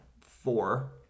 four